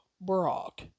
Brock